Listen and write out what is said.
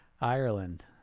Ireland